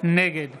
נגד